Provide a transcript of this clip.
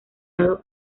dado